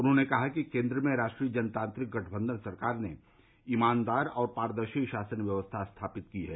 उन्होंने कहा कि केन्द्र में राष्ट्रीय जनतांत्रिक गठबंधन सरकार ने ईमानदार और पारदर्शी शासन व्यवस्था स्थापित की है